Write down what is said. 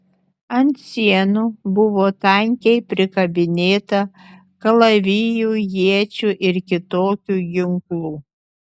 ant sienų buvo tankiai prikabinėta kalavijų iečių ir kitokių ginklų